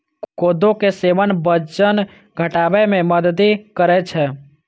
कोदो के सेवन वजन घटाबै मे मदति करै छै